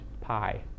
pi